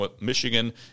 Michigan